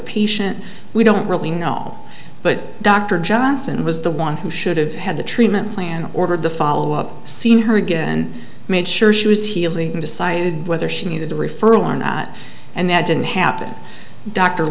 patient we don't really know but dr johnson was the one who should have had the treatment plan ordered the follow up seen her again made sure she was healing decided whether she needed a referral or not and that didn't happen dr